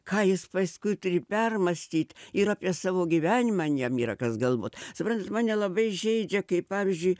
ką jis paskui turi permąstyt ir apie savo gyvenimą jiem yra kas galvot suprantat mane labai žeidžia kai pavyzdžiui